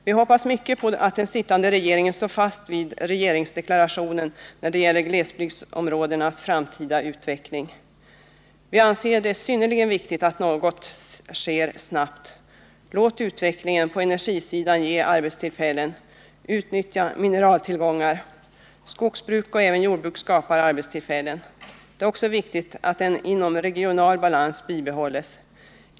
Vi hoppas mycket på att den sittande regeringen står fast vid regeringsdeklarationen när det gäller glesbygdsområdenas framtida utveckling. Vi anser det synnerligen viktigt att något sker snabbt. Låt utvecklingen på energisidan ge arbetstillfällen, utnyttja mineraltillgångar! Skogsbruk och även jordbruk skapar arbetstillfällen. Det är också viktigt att en inomregional balans bibehålles.